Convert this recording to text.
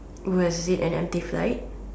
was it an empty flight